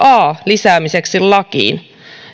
a pykälän lisäämiseksi lakiin